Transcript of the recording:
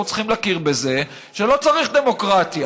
צריכים להכיר בזה שלא צריך דמוקרטיה: